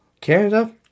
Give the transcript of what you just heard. Canada